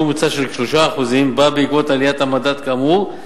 ממוצע של 3% באה בעקבות עליית המדד כאמור,